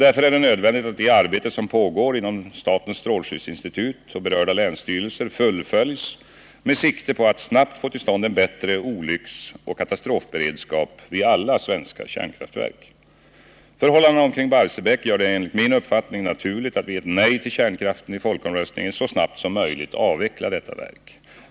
Därför är det nödvändigt att det arbete som pågår inom statens strålskyddsinstitut och berörda länsstyrelser fullföljs med sikte på att snabbt få till stånd en bättre olycksoch katastrofberedskap vid alla svenska kärnkraftverk. Förhållandena omkring Barsebäck gör det enligt min uppfattning naturligt att vid ett nej till kärnkraften i folkomröstningen så snart som möjligt avveckla detta verk.